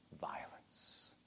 violence